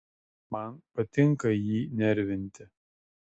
man patinka jį nervinti